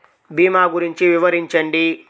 భీమా గురించి వివరించండి?